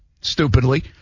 stupidly